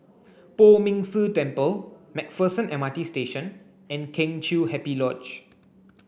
Poh Ming Tse Temple MacPherson M R T Station and Kheng Chiu Happy Lodge